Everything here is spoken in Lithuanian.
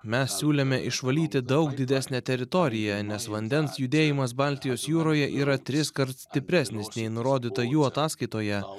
mes siūlėme išvalyti daug didesnę teritoriją nes vandens judėjimas baltijos jūroje yra triskart stipresnis nei nurodyta jų ataskaitoje